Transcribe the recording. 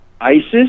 ISIS